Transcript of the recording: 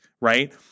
right